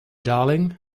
darling